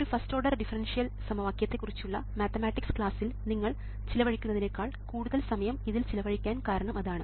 ഒരു first order differential സമവാക്യത്തെ കുറിച്ചുള്ള മാത്തമാറ്റിക്സ് ക്ലാസ്സിൽ നിങ്ങൾ ചെലവഴിക്കുന്നതിനേക്കാൾ കൂടുതൽ സമയം ഇതിൽ ചിലവഴിക്കാൻ കാരണം അതാണ്